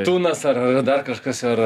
tunas ar ar dar kažkas ar